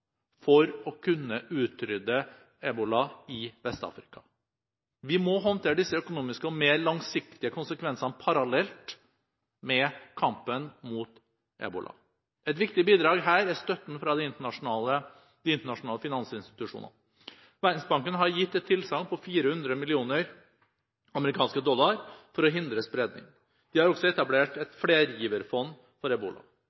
for å kunne utrydde ebola i Vest-Afrika. Vi må håndtere de økonomiske og mer langsiktige konsekvensene parallelt med kampen mot ebola. Et viktig bidrag her er støtten fra de internasjonale finansinstitusjonene. Verdensbanken har gitt et tilsagn på 400 mill. US dollar for å hindre spredning. De har også etablert et flergiverfond for ebola.